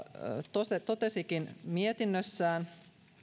totesikin totesikin mietinnössään